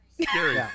Scary